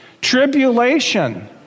tribulation